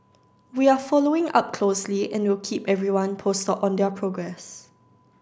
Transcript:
we are following up closely and will keep everyone posted on their progress